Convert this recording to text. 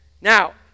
Now